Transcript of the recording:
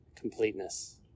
completeness